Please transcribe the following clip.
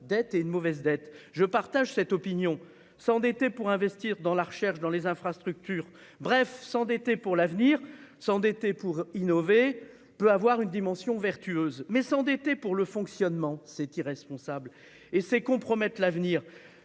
bonne et une mauvaise dette. Je partage cette opinion : s'endetter pour investir dans la recherche ou les infrastructures- en un mot, s'endetter pour l'avenir et l'innovation -peut avoir une dimension vertueuse. Toutefois, s'endetter pour le fonctionnement, c'est irresponsable ; c'est compromettre l'avenir.